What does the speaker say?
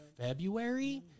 February